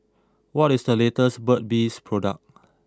what is the latest Burt's bee product